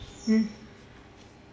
hmm